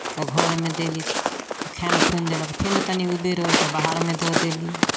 तऽ घरमे देली तऽ खानि खुनि देलक फेन तनि उबेर होल तऽ बाहरमे दऽ देली